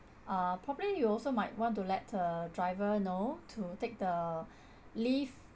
uh probably you also might want to let the driver know to take the lift